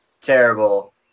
terrible